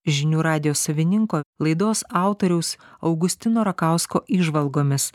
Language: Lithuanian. žinių radijo savininko laidos autoriaus augustino rakausko įžvalgomis